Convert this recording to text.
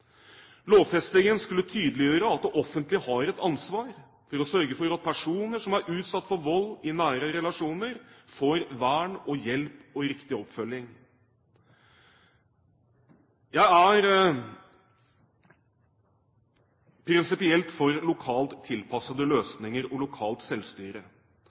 Lovfestingen skulle tydeliggjøre at det offentlige har et ansvar for å sørge for at personer som er utsatt for vold i nære relasjoner, får vern, hjelp og riktig oppfølging. Jeg er prinsipielt for lokalt tilpassede løsninger og lokalt selvstyre.